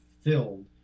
filled